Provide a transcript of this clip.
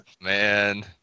man